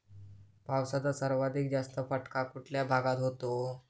पावसाचा सर्वाधिक जास्त फटका कुठल्या भागात होतो?